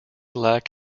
lack